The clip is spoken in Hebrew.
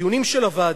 שבדיונים של הוועדה,